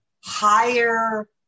higher